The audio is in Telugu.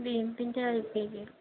బియ్యం పిండి అర కేజీ